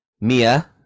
mia